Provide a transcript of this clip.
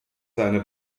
seine